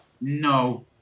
No